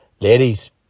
Ladies